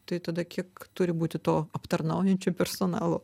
tai tada kiek turi būti to aptarnaujančio personalo